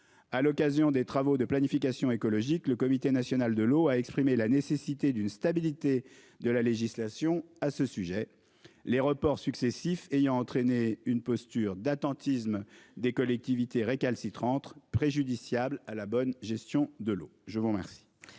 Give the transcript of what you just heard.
À l'occasion des travaux de planification écologique. Le comité national de l'eau a exprimé la nécessité d'une stabilité de la législation à ce sujet les reports successifs ayant entraîné une posture d'attentisme des collectivités récalcitrantes préjudiciable à la bonne gestion de l'eau, je vous remercie.